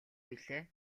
билээ